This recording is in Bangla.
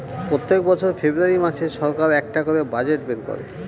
প্রত্যেক বছর ফেব্রুয়ারী মাসে সরকার একটা করে বাজেট বের করে